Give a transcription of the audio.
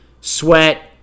Sweat